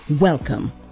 Welcome